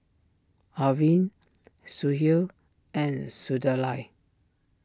Arvind Sudhir and Sunderlal